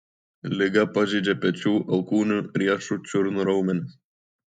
liga pažeidžia pečių alkūnių riešų čiurnų raumenis